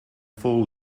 fall